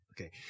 Okay